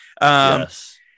Yes